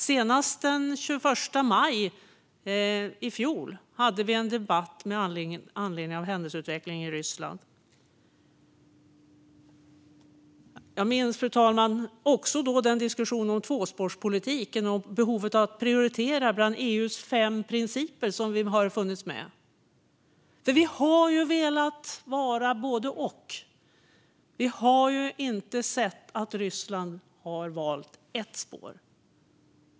Senast den 21 maj i fjol hade vi en debatt med anledning av händelseutvecklingen i Ryssland. Fru talman! Jag minns då också diskussionen om tvåspårspolitiken och behovet av att prioritera bland EU:s fem principer som har funnits med. Vi har ju velat vara både och, och vi har inte sett att Ryssland har valt ett spår.